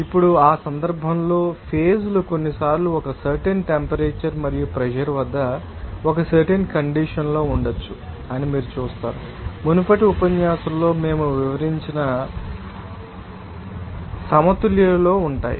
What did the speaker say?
ఇప్పుడు ఆ సందర్భంలో ఆ ఫేజ్ లు కొన్నిసార్లు ఒక సర్టెన్ టెంపరేచర్ మరియు ప్రెషర్ వద్ద ఒక సర్టెన్ కండీషన్ లో ఉండవచ్చు అని మీరు చూస్తారు మునుపటి ఉపన్యాసంలో మేము వివరించినవి అవి సమతుల్యతలో ఉంటాయి